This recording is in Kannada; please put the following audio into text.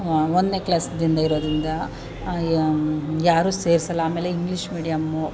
ಒಂದನೇ ಕ್ಲಾಸಿಂದ ಇರೊದ್ರಿಂದ ಯಾರೂ ಸೇರಿಸಲ್ಲ ಆಮೇಲೆ ಇಂಗ್ಲಿಷ್ ಮಿಡಿಯಮ್ಮು